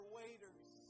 waiters